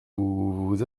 vous